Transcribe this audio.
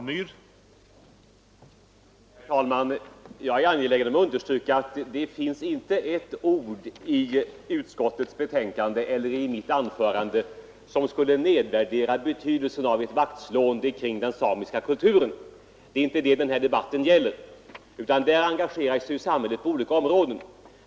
Herr talman! Jag är angelägen om att understryka att det inte finns ett ord i utskottets betänkande eller i mitt anförande som nedvärderar betydelsen av ett vaktslående kring samernas kultur. Det är inte det debatten gäller, utan därvidlag engagerar sig samhället på olika områden.